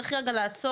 שצריך רגע לעצור.